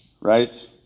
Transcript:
right